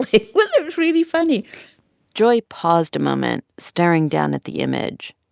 it was it was really funny joy paused a moment staring down at the image,